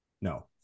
No